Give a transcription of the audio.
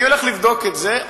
אני הולך לבדוק את זה,